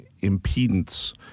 impedance